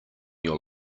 your